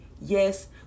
Yes